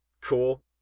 cool